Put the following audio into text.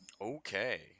Okay